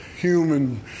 Human